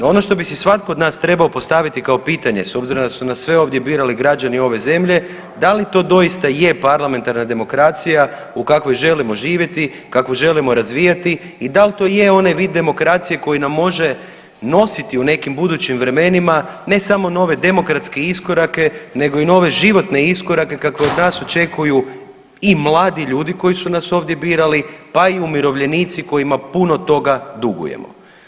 Ono što bi si svatko od nas trebao postaviti kao pitanje s obzirom da su nas sve ovdje birali građani ove zemlje da li to doista je parlamentarna demokracija u kakvoj želimo živjeti, kakvu želimo razvijati i da li to je onaj vid demokracije koji nam može nositi u nekim budućim vremenima ne samo nove demokratske iskorake nego i nove životne iskorake kako od nas očekuju i mladi ljudi koji su nas ovdje birali, pa i umirovljenici kojima puno toga dugujemo.